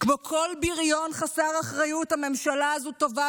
כמו כל בריון חסר אחריות הממשלה הזו טובה